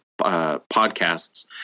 podcasts